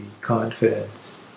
confidence